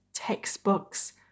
textbooks